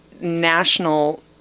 national